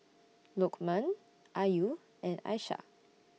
Lukman Ayu and Aishah